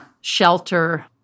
shelter